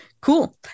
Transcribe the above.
cool